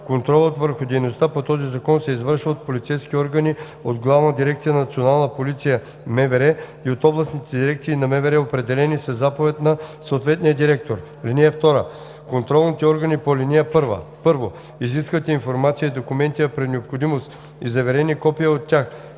Контролът върху дейностите по този закон се извършва от полицейски органи от Главна дирекция „Национална полиция“ – МВР, и от областните дирекции на МВР, определени със заповед на съответния директор. (2) Контролните органи по ал. 1: 1. изискват информация и документи, а при необходимост – и заверени копия от тях,